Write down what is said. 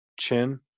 chin